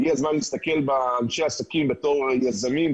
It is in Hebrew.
הגיע הזמן להסתכל על אנשי העסקים כיזמים,